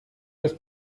des